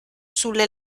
sulle